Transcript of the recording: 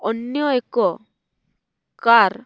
ଅନ୍ୟ ଏକ କାର୍